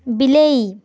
ବିଲେଇ